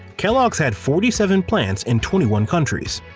kellogg's had forty seven plants in twenty one countries.